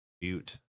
Butte